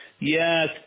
Yes